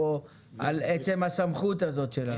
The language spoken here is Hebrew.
או על עצם הסמכות הזאת שלה.